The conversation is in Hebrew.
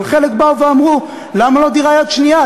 אבל חלק באו ואמרו: למה לא דירה יד שנייה?